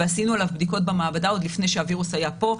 ועשינו עליו בדיקות במעבדה עוד לפני שהווירוס היה פה.